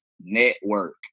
network